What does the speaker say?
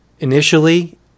Initially